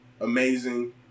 amazing